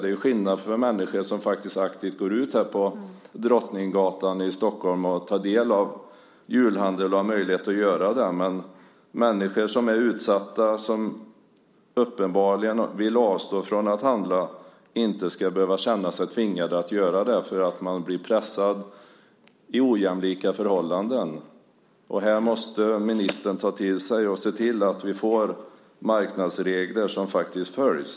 Det är skillnad om det är människor som går ut på Drottninggatan i Stockholm och aktivt tar del av julhandeln. Men människor som är utsatta, som uppenbarligen vill avstå från att handla, ska inte behöva känna sig tvingade att göra det därför att man blir pressad i ojämlika förhållanden. Här måste ministern se till att vi får marknadsregler som faktiskt följs.